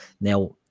Now